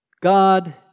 God